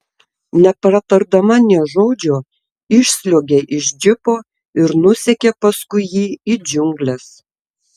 nepratardama nė žodžio išsliuogė iš džipo ir nusekė paskui jį į džiungles